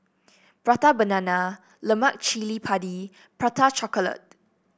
Prata Banana Lemak Cili Padi Prata Chocolate